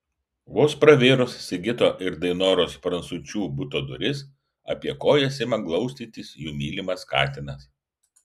vos pravėrus sigito ir dainoros prancuičių buto duris apie kojas ima glaustytis jų mylimas katinas